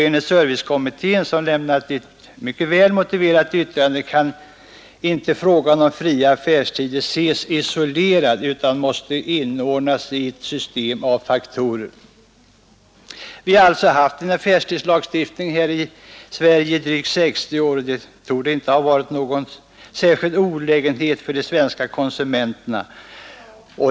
Enligt servicekommittén, som lämnat ett mycket väl motiverat yttrande, kan inte frågan om fria affärstider ses isolerad utan måste inordnas i ett system av faktorer. Vi har alltså här i Sverige haft en affärstidslagstiftning i drygt 60 år. Det torde inte ha varit någon särskild olägenhet för de svenska konsumenterna.